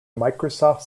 microsoft